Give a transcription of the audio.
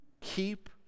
keep